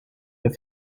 have